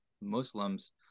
Muslims